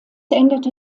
änderte